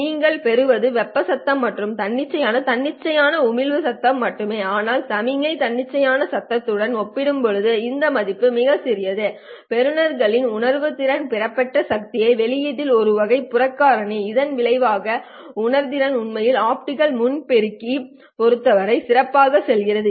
நீங்கள் பெறுவது வெப்ப சத்தம் மற்றும் தன்னிச்சையான தன்னிச்சையான உமிழ்வு சத்தம் மட்டுமே ஆனால் சமிக்ஞை தன்னிச்சையான சத்தத்துடன் ஒப்பிடும்போது இந்த மதிப்புகள் மிகச் சிறியவை பெறுநர்களின் உணர்திறன் பெறப்பட்ட சக்திக்கான வெளிப்பாட்டில் ஒரு வகையான புறக்கணிப்பு இதன் விளைவாக உணர்திறன் உண்மையில் ஆப்டிகல் முன் பெருக்கியைப் பொறுத்தவரை சிறப்பாகச் செல்கிறது